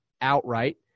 outright